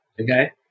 Okay